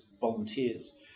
volunteers